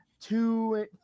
two